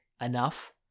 enough